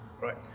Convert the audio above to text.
Right